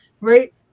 right